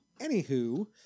Anywho